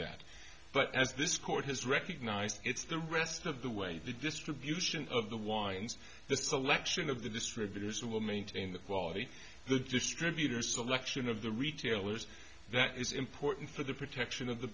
that but as this court has recognized it's the rest of the way the distribution of the wines the selection of the distributors who will maintain the quality the distributor selection of the retailers that is important for the protection of the